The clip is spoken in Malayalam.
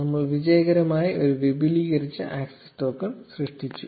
നമ്മൾ വിജയകരമായി ഒരു വിപുലീകരിച്ച ആക്സസ് ടോക്കൺ സൃഷ്ടിച്ചു